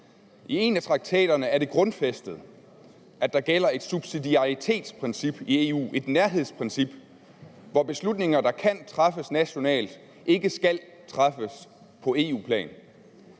I en af traktaterne er det grundfæstet, at der gælder et subsidiaritetsprincip i EU, et nærhedsprincip, hvor beslutninger, der kan træffes nationalt, ikke skal træffes på EU-plan.